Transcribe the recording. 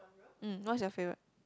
um what is your favourite